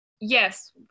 Yes